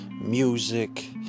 music